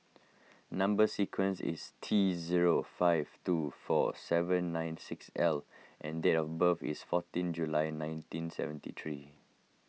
Number Sequence is T zero five two four seven nine six L and date of birth is fourteen July nineteen seventy three